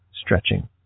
stretching